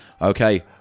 Okay